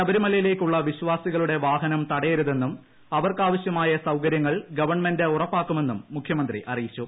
ശബരിമലയിലേയ്ക്കുള്ള വിശ്വാസികളുടെ വാഹനം തടയരുതെന്നും അവർക്ക് ആവശ്യമായ സൌകര്യങ്ങൾ ഗവൺമെന്റ് ഉറപ്പാക്കുമെന്നും മുഖ്യമന്ത്രി അറിയിച്ചു